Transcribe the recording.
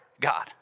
God